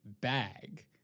bag